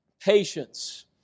patience